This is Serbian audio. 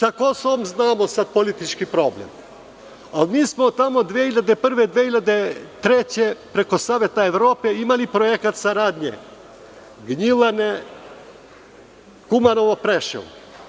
Sa Kosovom znamo sada politički problem, ali mi smo tamo 2001. godine, 2003. godine preko Saveta Evrope imali projekat saradnje Gnjilane, Kumanovo, Preševo.